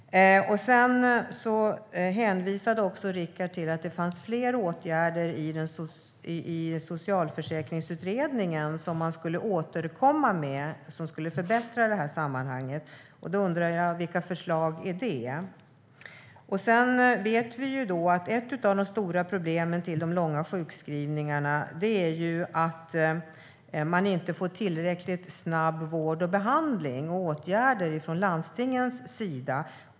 Rickard hänvisade också till att det finns fler åtgärder i Socialförsäkringsutredningen som man skulle återkomma med och som skulle förbättra i sammanhanget. Jag undrar: Vilka förslag är det? Vi vet att ett av de stora problemen i de långa sjukskrivningarna är att man inte får tillräckligt snabb vård och behandling och åtgärder från landstingens sida.